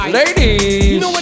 ladies